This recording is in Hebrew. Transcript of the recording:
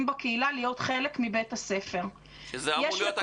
בקהילה להיות חלק מבית הספר -- זה אמור להיות הכיוון של כולנו.